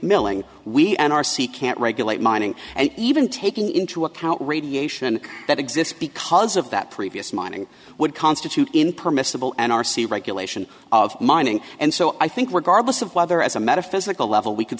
milling we n r c can't regulate mining and even taking into account radiation that exists because of that previous mining would constitute in permissible an r c regulation of mining and so i think we're garbus of whether as a metaphysical level we c